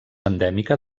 endèmica